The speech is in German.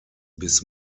bis